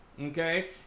Okay